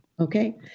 Okay